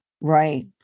Right